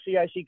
CIC